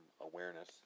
awareness